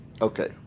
Okay